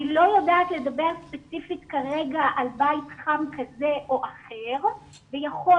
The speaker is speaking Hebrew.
אני לא יודעת לדבר ספציפית כרגע על בית חם כזה או אחר ויכול